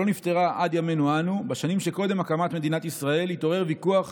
שלא נפתרה עד ימינו אנו: בשנים שקודם הקמת מדינת ישראל התעורר ויכוח